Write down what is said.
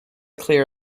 clear